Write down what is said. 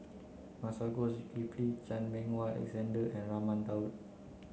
Masagos Zulkifli Chan Meng Wah Alexander and Raman Daud